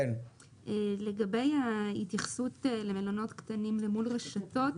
לגבי ההתייחסות למלונות קטנים אל מול רשתות